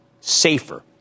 safer